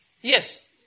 Yes